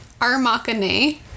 Armakane